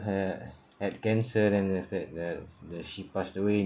uh had cancer and then after that the the she passed away